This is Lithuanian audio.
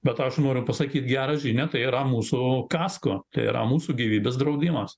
bet aš noriu pasakyt gerą žinią tai yra mūsų kasko tai yra mūsų gyvybės draudimas